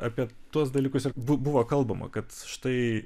apie tuos dalykus ir bu buvo kalbama kad štai